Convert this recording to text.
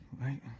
right